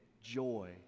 joy